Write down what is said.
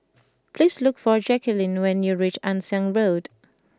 please look for Jacquelyn when you reach Ann Siang Road